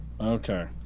Okay